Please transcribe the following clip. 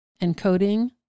encoding